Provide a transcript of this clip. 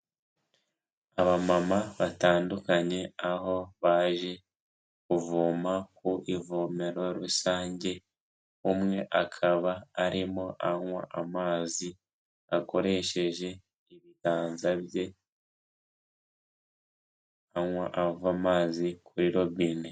Abamama batandukanye aho baje kuvoma ku ivomero rusange, umwe akaba arimo anywa amazi akoresheje ibiganza bye, anywa ava amazi kuri robine.